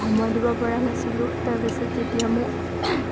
সময় দিব পৰা নাছিলোঁ তাৰপিছত যেতিয়া মোক